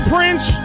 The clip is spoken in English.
Prince